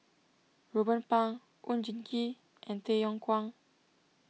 Ruben Pang Oon Jin Gee and Tay Yong Kwang